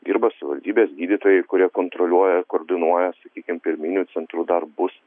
dirba savivaldybės gydytojai kurie kontroliuoja koordinuoja sakykim pirminių centrų darbus